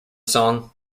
song